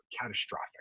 catastrophic